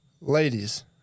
Ladies